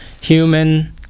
human